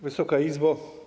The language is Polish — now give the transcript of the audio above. Wysoka Izbo!